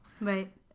right